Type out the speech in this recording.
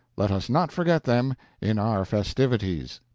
let us not forget them in our festivities.